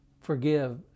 forgive